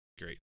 Great